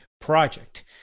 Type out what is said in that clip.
project